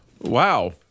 Wow